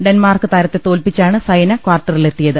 Denmark താരത്തെ തോൽപ്പിച്ചാണ് സൈന ക്വാർട്ടറിലെത്തിയ ത്